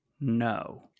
No